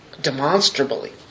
demonstrably